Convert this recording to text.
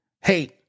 hey